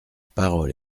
parole